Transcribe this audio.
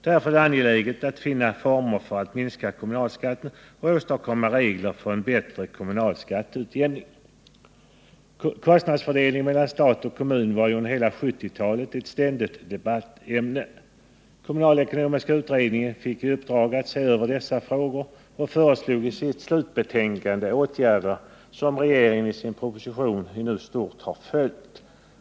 Därför är det angeläget att finna former för att minska kommunalskatten och åstadkomma regler för en bättre kommunal skatteutjämning. Kostnadsfördelningen mellan stat och kommun var ju under hela 1970-talet ett ständigt debattämne. Kommunalekonomiska utredningen fick i uppdrag att se över dessa frågor och föreslog i sitt slutbetänkande åtgärder som regeringen i sin proposition nu i stort har följt.